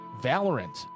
Valorant